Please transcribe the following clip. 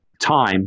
time